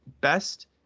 best